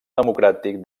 democràtic